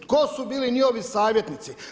Tko su bili njihovi savjetnici?